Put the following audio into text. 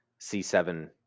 C7